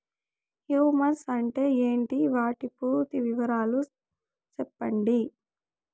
Humus అంటే ఏంటి? వాటి పూర్తి వివరాలు సెప్పండి?